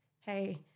hey